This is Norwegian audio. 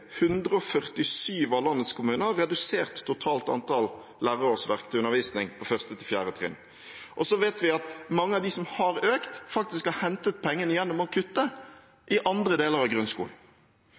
147 av landets kommuner har redusert totalt antall lærerårsverk til undervisning på 1.–4. trinn. Vi vet at mange av dem som har økt, faktisk har hentet pengene gjennom å kutte